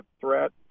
threat